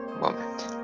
moment